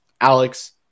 Alex